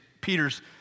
Peter's